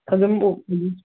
ꯑꯗꯨꯝ